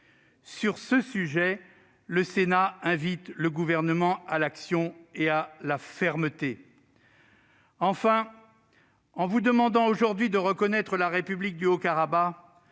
Sur ce sujet, le Sénat invite le Gouvernement à l'action et à la fermeté. Enfin, en vous demandant aujourd'hui de reconnaître la République du Haut-Karabagh,